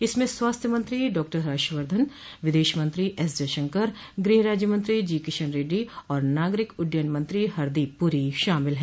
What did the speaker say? इसमें स्वास्थ्य मंत्री डॉक्टर हर्षवर्धन विदेश मंत्री एस जयशंकर गृह राज्यमंत्री जी किशन रेड्डी और नागरिक उड्डयन मंत्री हरदीप पुरी शामिल हैं